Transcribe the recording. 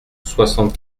soixante